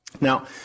now